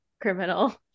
criminal